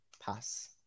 pass